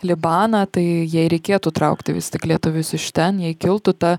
libaną tai jei reikėtų traukti vis tik lietuvius iš ten jei kiltų ta